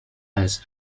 als